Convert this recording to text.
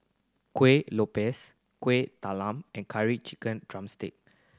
Kueh Lopes Kueh Talam and Curry Chicken drumstick